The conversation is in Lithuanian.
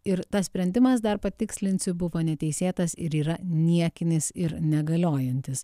ir tas sprendimas dar patikslinsiu buvo neteisėtas ir yra niekinis ir negaliojantis